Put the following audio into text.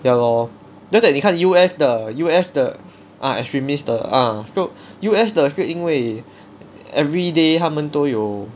ya lor then 你看 U_S 的 U_S 的 ah extremist 的 ah so U_S 的是因为 everyday 他们都有